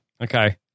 Okay